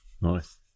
Nice